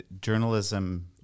journalism